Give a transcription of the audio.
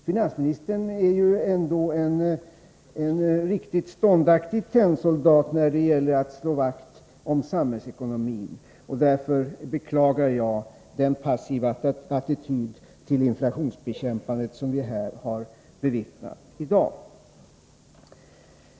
Finansministern är ändå en riktigt ståndaktig tennsoldat när det gäller att slå vakt om samhällsekonomin. Därför beklagar jag den passiva attityd till inflationsbekämpandet som vi har fått bevittna här i dag.